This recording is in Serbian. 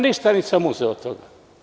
Ništa nisam uzeo od toga.